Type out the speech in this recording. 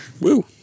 Woo